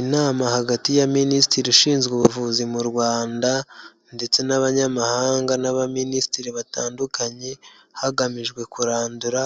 Inama hagati ya minisitiri ushinzwe ubuvuzi mu Rwanda ndetse n'abanyamahanga n'abaminisitiri batandukanye, hagamijwe kurandura